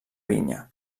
vinya